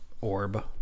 orb